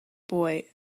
boy